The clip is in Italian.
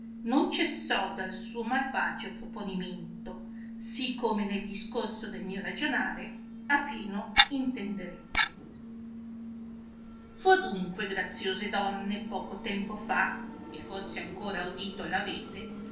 non cessò dal suo malvagio proponimento sì come nel discorso del mio ragionare a pieno intenderete fu adunque graziose donne poco tempo fa e forse ancora udito